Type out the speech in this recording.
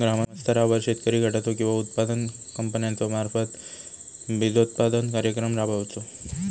ग्रामस्तरावर शेतकरी गटाचो किंवा उत्पादक कंपन्याचो मार्फत बिजोत्पादन कार्यक्रम राबायचो?